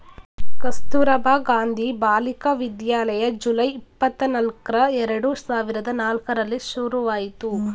Kasturba Gandhi Balika Vidyalaya July, ಇಪ್ಪತನಲ್ಕ್ರ ಎರಡು ಸಾವಿರದ ನಾಲ್ಕರಲ್ಲಿ ಶುರುವಾಯ್ತು